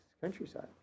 countryside